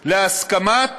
להסכמת